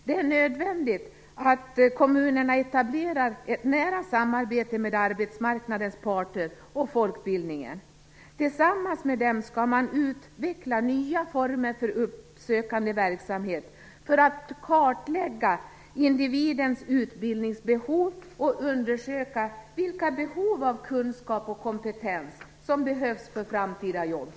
Det är nödvändigt att kommunerna etablerar ett nära samarbete med arbetsmarknadens parter och folkbildningen. Tillsammans med dem skall man utveckla nya former för uppsökande verksamhet för att kartlägga individens utbildningsbehov och undersöka vilka kunskaper och vilken kompetens som behövs för framtida jobb.